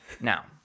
Now